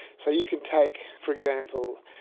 so you could take, for example,